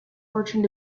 fortune